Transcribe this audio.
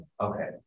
okay